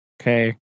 Okay